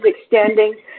extending